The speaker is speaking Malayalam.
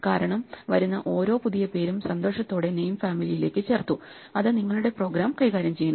കാരണം വരുന്ന ഓരോ പുതിയ പേരും സന്തോഷത്തോടെ നെയിം ഫാമിലിയിലേക്ക് ചേർത്തു അത് നിങ്ങളുടെ പ്രോഗ്രാം കൈകാര്യം ചെയ്യുന്നു